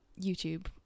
youtube